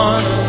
One